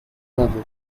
level